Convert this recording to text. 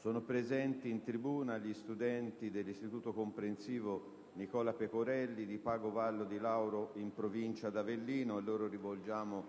Sono presenti in tribuna gli studenti dell'Istituto comprensivo «Nicola Pecorelli» di Pago del Vallo di Lauro, in provincia di Avellino. A loro rivolgiamo